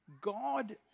god